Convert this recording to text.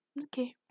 okay